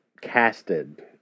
casted